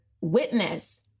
witness